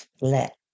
let